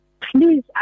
Please